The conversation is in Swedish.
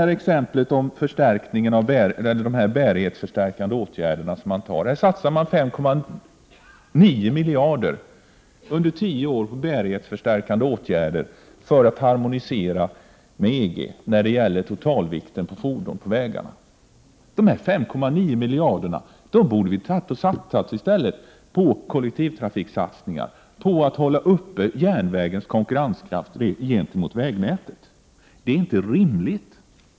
Jag skall som exempel ta upp bärighetsförstärkande åtgärder. Man satsar 5,9 miljarder kronor under 10 år på sådana åtgärder för att harmonisera reglerna med EG när det gäller totalvikten på fordonen. Dessa 5,9 miljarder borde vi i stället ha använt på kollektivtrafikssatsningar, på att hålla uppe järnvägens konkurrenskraft gentemot vägnätet.